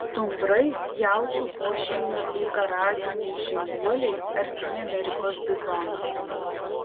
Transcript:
stumbrai jaučių pošeimio dykaraginiai žinduoliai artimi amerikos bizonams